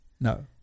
No